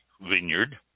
Vineyard